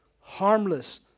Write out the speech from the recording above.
harmless